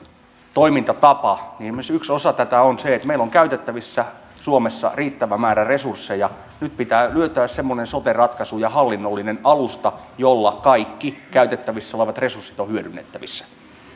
toimintatapa yksi osa tätä on esimerkiksi se että meillä on käytettävissä suomessa riittävä määrä resursseja nyt pitää löytää semmoinen sote ratkaisu ja hallinnollinen alusta jolla kaikki käytettävissä olevat resurssit ovat hyödynnettävissä pyydän